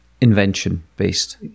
invention-based